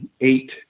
eight